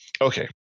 Okay